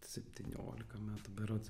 septyniolika metų berods